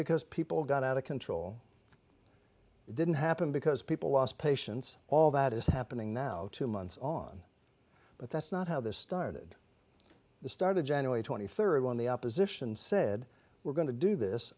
because people got out of control it didn't happen because people lost patience all that is happening now two months on but that's not how this started this started january twenty third when the opposition said we're going to do this